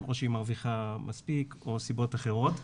או שהיא מרוויחה מספיק או סיבות אחרות.